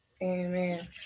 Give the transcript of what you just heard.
amen